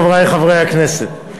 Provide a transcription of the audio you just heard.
חברי חברי הכנסת,